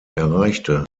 erreichte